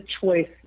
choice